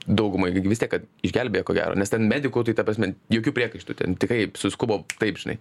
daugumą jų gi vis tiek kad išgelbėja ko gero nes ten medikų tai ta prasme jokių priekaištų ten tikrai suskubo taip žinai